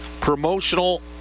promotional